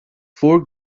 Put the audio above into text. four